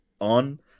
on